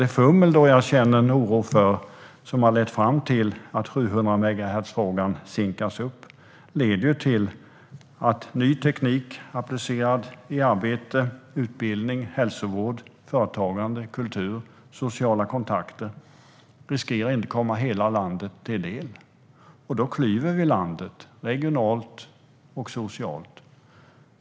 Det fummel som jag känner oro för, som har orsakat att 700-megahertzfrågan har sinkats, leder till att ny teknik applicerad i arbete, utbildning, hälsovård, företagande, kultur och sociala kontakter riskerar att inte komma hela landet till del. Då klyver vi landet, regionalt och socialt.